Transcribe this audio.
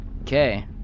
Okay